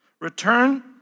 return